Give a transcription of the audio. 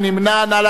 נא להצביע.